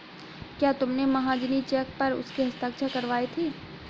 क्या तुमने महाजनी चेक पर उसके हस्ताक्षर करवाए थे?